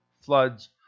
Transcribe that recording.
floods